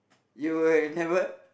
you will never